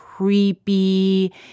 creepy